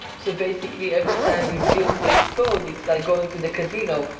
so basically every time you build this code, it's like going to the casino,